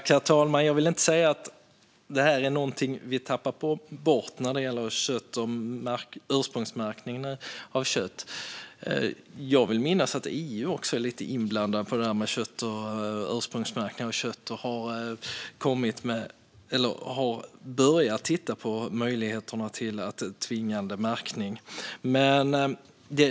Herr talman! Jag vill inte säga att detta med ursprungsmärkning av kött är någonting som vi har tappat bort. Jag vill minnas att EU också är lite inblandade i detta med ursprungsmärkning av kött och har börjat titta på möjligheterna till tvingande märkning.